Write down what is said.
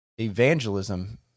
evangelism